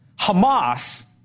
Hamas